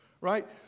right